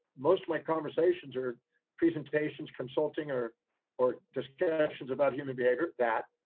most of my conversations or presentations consulting, or or discussions about human behavior, that.